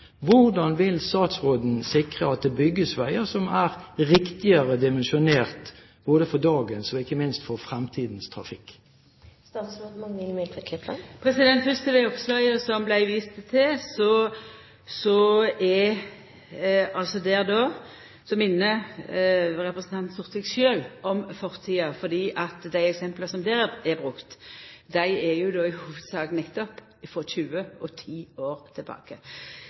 Hvordan vil statsråden sikre at det bygges veier som er riktigere dimensjonert både for dagens og ikke minst for fremtidens trafikk? Fyrst til det oppslaget som det vart vist til. Her minner representanten Sortevik sjølv om fortida, for dei eksempla som der vart brukte, er i hovudsak nettopp frå 10–20 år tilbake. Lat meg seia at